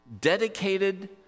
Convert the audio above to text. dedicated